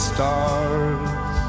Stars